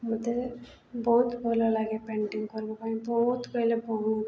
ମୋତେ ବହୁତ ଭଲ ଲାଗେ ପେଣ୍ଟିଂ କରିବା ପାଇଁ ବହୁତ କହିଲେ ବହୁତ